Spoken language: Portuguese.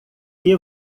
que